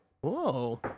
Whoa